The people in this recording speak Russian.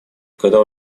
когда